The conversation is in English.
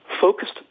focused